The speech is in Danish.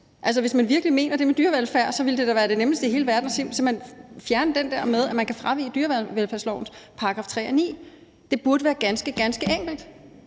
Altså, hvis man virkelig mente det med dyrevelfærd, ville det da være det nemmeste i hele verden simpelt hen at fjerne det med, at man kan fravige dyrevelfærdslovens § 3 og § 9. Det burde være ganske, ganske enkelt.